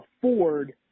afford